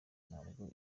ntabwo